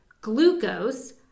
glucose